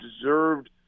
deserved